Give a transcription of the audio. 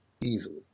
easily